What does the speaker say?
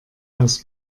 aus